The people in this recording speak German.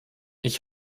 ich